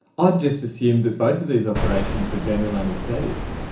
i'd just assumed that both of these operations were general anaesthetic.